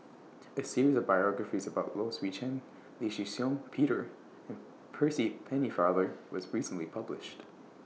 A series of biographies about Low Swee Chen Lee Shih Shiong Peter and Percy Pennefather was recently published